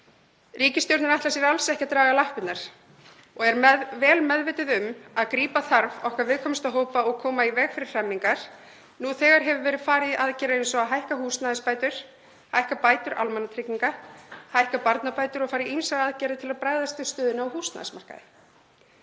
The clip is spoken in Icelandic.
Ríkisstjórnin ætlar sér alls ekki að draga lappirnar og er vel meðvituð um að grípa þarf okkar viðkvæmustu hópa og koma í veg fyrir hremmingar. Nú þegar hefur verið farið í aðgerðir eins og að hækka húsnæðisbætur, hækka bætur almannatrygginga, hækka barnabætur og fara í ýmsar aðgerðir til að bregðast við stöðunni á húsnæðismarkaði.